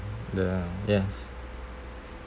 the yes